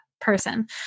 person